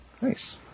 Nice